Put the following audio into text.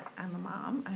i'm a mom.